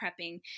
prepping